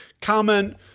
Comment